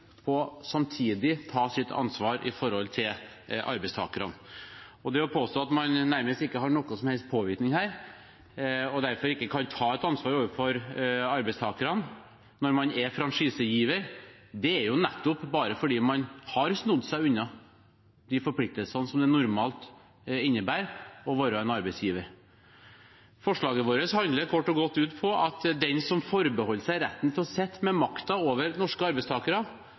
samtidig tar sitt ansvar overfor arbeidstakerne. Det påstås at man nærmest ikke har noen som helst påvirkning når man er franchisegiver, og derfor ikke kan ta et ansvar overfor arbeidstakerne – vel, det er nettopp fordi man har snodd seg unna de forpliktelsene som det normalt innebærer å være en arbeidsgiver. Forslaget vårt handler kort og godt om at den som forbeholder seg retten til å sitte med makten over norske arbeidstakere,